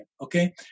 okay